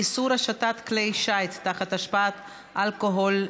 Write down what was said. איסור השטת כלי שיט תחת השפעת אלכוהול וסמים),